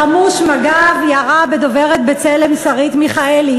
חמוש מג"ב ירה בדוברת "בצלם" שרית מיכאלי.